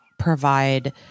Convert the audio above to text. provide